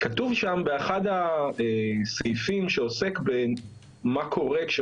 כתוב שם באחד הסעיפים שעוסק במה קורה כאשר